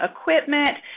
equipment